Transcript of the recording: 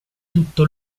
tutto